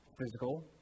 physical